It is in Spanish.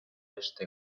este